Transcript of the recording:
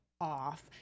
off